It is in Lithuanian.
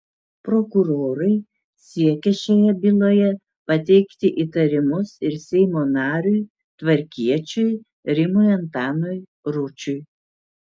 prokurorai siekia šioje byloje pateikti įtarimus ir seimo nariui tvarkiečiui rimui antanui ručiui